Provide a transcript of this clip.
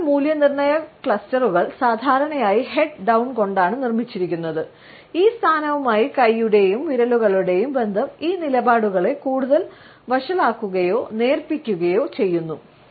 critical മൂല്യനിർണ്ണയ ക്ലസ്റ്ററുകൾ സാധാരണയായി ഹെഡ് ഡൌൺക്കൊണ്ടാണ് നിർമ്മിച്ചിരിക്കുന്നത് ഈ സ്ഥാനവുമായി കൈയുടെയും വിരലുകളുടെയും ബന്ധം ഈ നിലപാടുകളെ കൂടുതൽ വഷളാക്കുകയോ നേർപ്പിക്കുകയോ ചെയ്യുന്നു